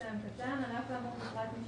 (א2)על אף האמור בפרט משנה על אף